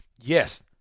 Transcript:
yes